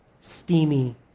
steamy